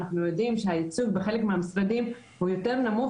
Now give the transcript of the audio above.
אנחנו יודעים שהייצוג בחלק מהמשרדים הוא יותר נמוך